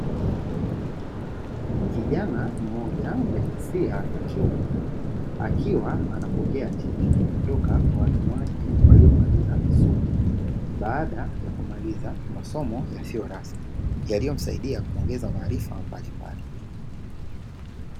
Kijana mmoja wa jinsia ya kiume, akiwa anapokea cheti kutoka kwa walimu wake waliovalia suti, baada ya kumaliza masomo yasiyo rasmi yaliyomsaidia kuongeza maarifa mbalimbali.